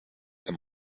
them